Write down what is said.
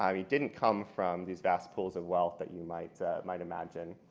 um he didn't come from these vast pools of wealth that you might might imagine.